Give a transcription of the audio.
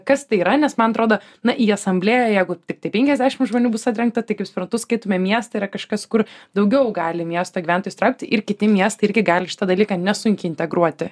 kas tai yra nes man atrodo na į asamblėją jeigu tiktai penkiasdešim žmonių bus atrinkta tai kaip suprantu skaitome miestą yra kažkas kur daugiau gali miesto gyventojus įtraukt ir kiti miestai irgi gali šitą dalyką nesunkiai integruoti